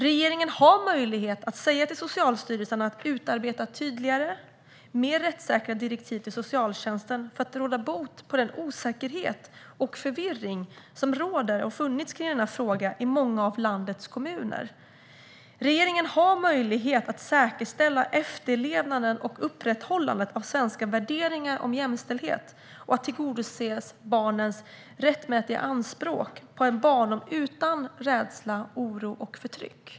Regeringen har möjlighet att säga till Socialstyrelsen att utarbeta tydligare, mer rättssäkra direktiv till socialtjänsten för att råda bot på den osäkerhet och förvirring som råder och funnits om denna fråga i många av landets kommuner. Regeringen har möjlighet att säkerställa efterlevnaden och upprätthållandet av svenska värderingar om jämställdhet och att tillgodose barnens rättmätiga anspråk på en barndom utan rädsla, oro och förtryck.